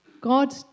God